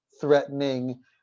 threatening